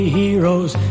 heroes